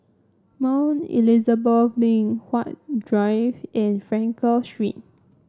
Mount Elizabeth Link Huat Drive and Frankel Street